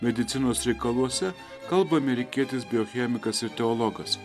medicinos reikaluose kalba amerikietis biochemikas ir teologas